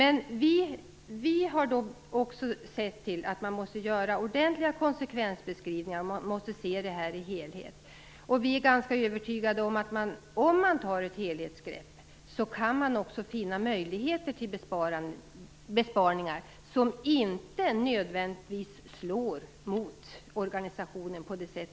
Vi har sett till att man måste göra ordentliga konsekvensbeskrivningar och se helheten. Vi är ganska övertygade om att om man tar ett helhetsgrepp kan man också finna möjligheter till besparingar som inte nödvändigtvis slår mot organisationen.